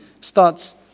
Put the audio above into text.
starts